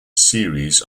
series